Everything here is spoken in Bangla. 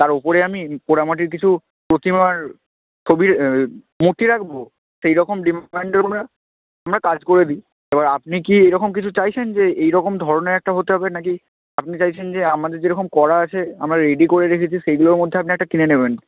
তার ওপরে আমি পোড়ামাটির কিছু প্রতিমার ছবির মূর্তি রাখব সেই রকম ডিমান্ডেও আমরা কাজ করে দিই এবার আপনি কি এই রকম কিছু চাইছেন যে এই রকম ধরনের একটা হতে হবে না কি আপনি চাইছেন যে আমাদের যেরকম করা আছে আমরা রেডি করে রেখেছি সেইগুলোর মধ্যে আপনি একটা কিনে নেবেন